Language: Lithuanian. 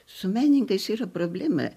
su menininkais yra problema